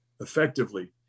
effectively